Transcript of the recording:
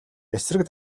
эсрэг